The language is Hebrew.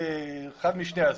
לאחד משני זה.